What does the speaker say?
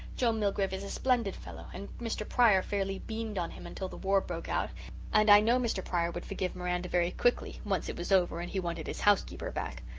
joe milgrave is a splendid fellow and mr. pryor fairly beamed on him until the war broke out and i know mr. pryor would forgive miranda very quickly, once it was over and he wanted his housekeeper back.